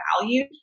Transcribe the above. value